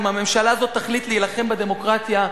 אם הממשלה הזאת תחליט להילחם בדמוקרטיה,